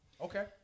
okay